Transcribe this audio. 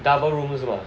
double room 是吗